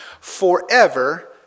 forever